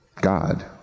God